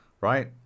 right